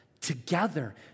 together